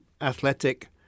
athletic